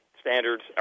standards